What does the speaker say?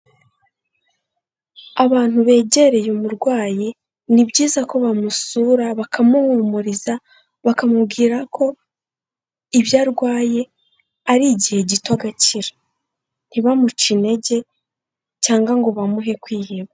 Abantu begereye umurwayi ni byiza ko bamusura, bakamuhumuriza, bakamubwira ko ibyo arwaye ari igihe gito agakira, ntibamuce intege cyangwa ngo bamuhe kwiheba.